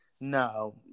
No